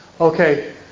Okay